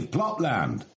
Plotland